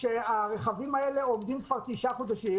הרכבים האלה עומדים כבר תשעה חודשים,